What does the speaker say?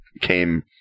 came